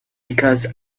because